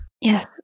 Yes